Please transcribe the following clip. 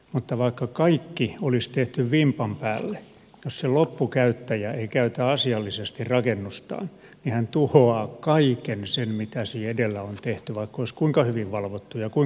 mutta vaikka kaikki olisi tehty vimpan päälle jos se loppukäyttäjä ei käytä asiallisesti rakennustaan niin hän tuhoaa kaiken sen mitä siinä edellä on tehty vaikka olisi kuinka hyvin valvottu ja kuinka hyvin rakennettu